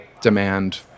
demand